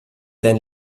dein